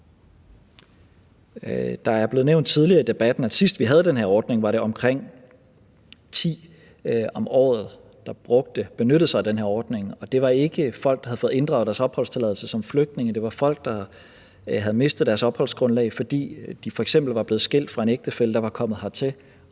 Det er blevet nævnt tidligere i debatten, at sidst vi havde den her ordning, var det omkring ti om året, der benyttede sig af den her ordning. Og det var ikke folk, der havde fået inddraget deres opholdstilladelse som flygtninge; det var folk, der havde mistet deres opholdsgrundlag, fordi de f.eks. var blevet skilt fra en ægtefælle, der var kommet hertil,